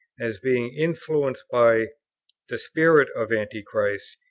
as being influenced by the spirit of antichrist,